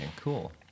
Cool